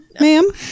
ma'am